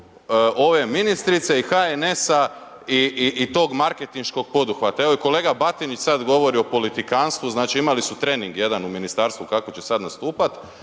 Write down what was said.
ove ministrice i HNS-a i tog marketinškog poduhvata. Evo i kolega Batinić sada govori o politikantstvu, znači imali su trening jedan u ministarstvu kako će sada nastupati,